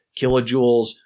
kilojoules